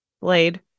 Blade